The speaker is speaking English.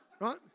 right